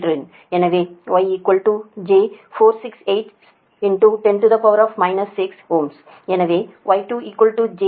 எனவே Y j 4 68 10 6 mho எனவே Y2 j 234 10 6 mho